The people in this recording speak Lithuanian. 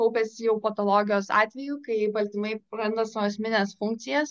kaupiasi jau patologijos atveju kai baltymai praranda savo esmines funkcijas